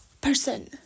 person